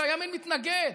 שהימין מתנגד לכך.